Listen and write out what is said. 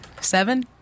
Seven